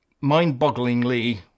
mind-bogglingly